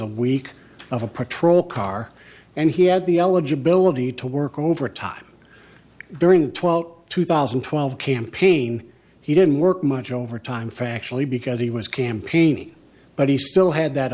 a week of a patrol car and he had the eligibility to work overtime during the twelve two thousand and twelve campaign he didn't work much overtime for actually because he was campaigning but he still had that